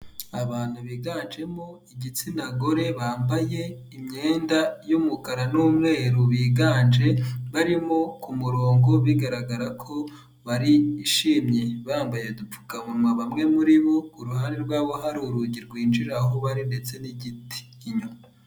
Abantu biganjemo igitsina gore bambaye imyenda y'umukara n'umweru biganje barimo ku murongo bigaragara ko barishimye, bambaye udupfukanwa bamwe muri bo uruhande rw'abo hari urugi rwinjira aho bari ndetse n'igiti inyuma.